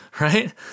right